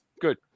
Good